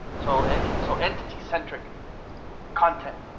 so so entity centric content,